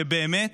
שבאמת